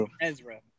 Ezra